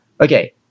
Okay